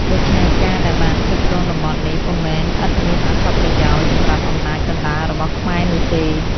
ដូច្នេះការ ដែលបានគ្រប់គ្រងតំបន់នេះ ពុំមែនឥតមានអត្ថប្រយោជន៍សម្រាប់អំណាចកណ្តាលរបស់ខ្មែរនោះទេ។